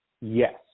Yes